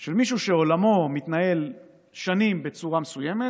של מישהו שעולמו מתנהל שנים בצורה מסוימת,